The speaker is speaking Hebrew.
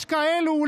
יש כאלו.